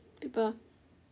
people